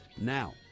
now